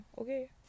Okay